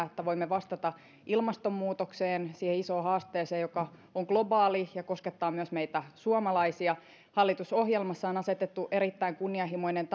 että voimme vastata ilmastonmuutokseen siihen isoon haasteeseen joka on globaali ja koskettaa myös meitä suomalaisia hallitusohjelmassa on asetettu erittäin kunnianhimoinen